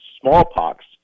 smallpox